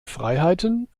freiheiten